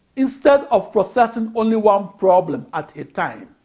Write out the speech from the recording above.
instead of processing only one problem at a time